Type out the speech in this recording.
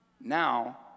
Now